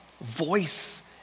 voice